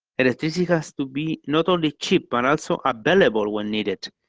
electricity has to be not only cheap but also available when needed.